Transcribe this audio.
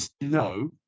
No